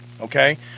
Okay